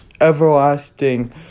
everlasting